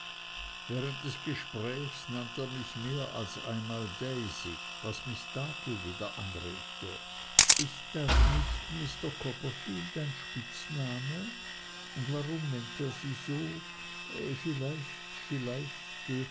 während des gesprächs nannte er mich mehr als einmal daisy was miß dartle wieder anregte ist das nicht mr copperfield ein spitzname und warum nennt er sie so vielleicht vielleicht